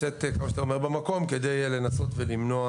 כדי לנסות ולמנוע